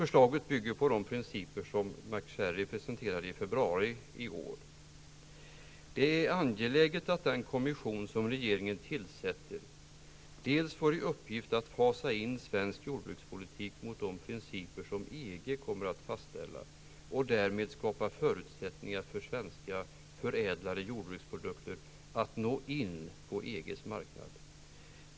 Förslaget bygger på de principer som Mac Sharry presenterade i februari i år. Det är angeläget att den kommission som regeringen tillsätter får i uppgift att fasa in svensk jordbrukspolitik mot de principer som EG kommer att fastställa, och därmed skapa förutsättningar för svenska förädlade jordbruksprodukter att nå in på EGs marknad.